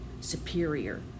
superior